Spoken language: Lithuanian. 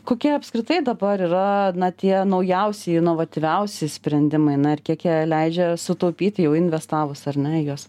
kokie apskritai dabar yra tie naujausi inovatyviausi sprendimai na ir kiek jie leidžia sutaupyti jau investavus ar ne į juos